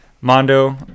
Mondo